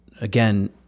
again